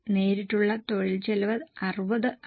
നേരിട്ടുള്ള തൊഴിൽ ചെലവ് 60 ആണ്